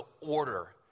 order